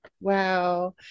Wow